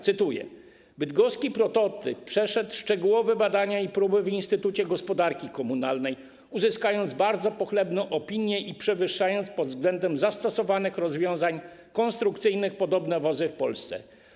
Cytuję: Bydgoski prototyp przeszedł szczegółowe badania i próby w Instytucie Gospodarki Komunalnej, uzyskując bardzo pochlebną opinię i przewyższając pod względem zastosowanych rozwiązań konstrukcyjnych podobne wozy w Polsce.